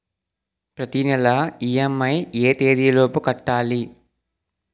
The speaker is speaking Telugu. ప్రతినెల ఇ.ఎం.ఐ ఎ తేదీ లోపు కట్టాలి?